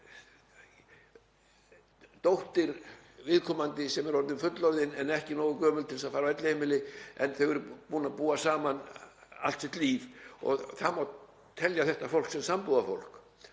dóttir viðkomandi sem er orðin fullorðin en ekki nógu gömul til að fara á elliheimili en þau eru búin að búa saman allt sitt líf. Það má telja þetta fólk sem sambúðarfólk.